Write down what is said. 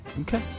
Okay